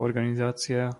organizácia